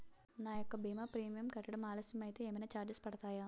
నా యెక్క భీమా ప్రీమియం కట్టడం ఆలస్యం అయితే ఏమైనా చార్జెస్ పడతాయా?